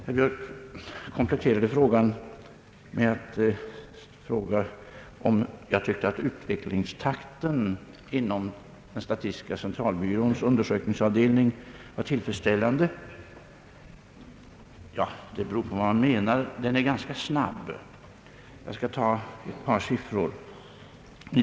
Herr Björk kompletterade sin första fråga med att fråga om jag tyckte att utvecklingstakten inom statistiska centralbyråns undersökningsavdelning är tillfredsställande. Ja, det beror på vad man menar. Den är ganska snabb. Jag skall lämna ett par siffror.